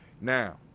Now